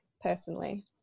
personally